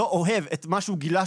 לא אוהב את מה שהוא גילה,